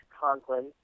Conklin